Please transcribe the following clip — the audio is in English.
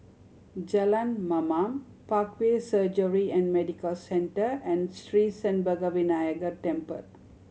Jalan Mamam Parkway Surgery and Medical Centre and Sri Senpaga Vinayagar Temple